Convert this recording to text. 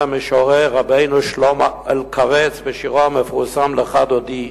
המשורר רבנו שלמה אלקבץ בשירו המפורסם "לכה דודי"